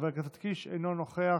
חבר הכנסת ביטן אינו נוכח,